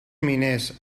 miners